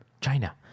China